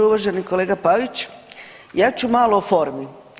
Uvaženi kolega Pavić, ja ću malo o formi.